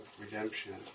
redemption